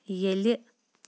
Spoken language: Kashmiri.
ییٚلہِ